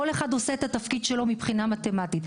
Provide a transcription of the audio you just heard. כל אחד עושה את התפקיד שלו מבחינה מתמטית,